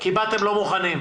כי באתם לא מוכנים.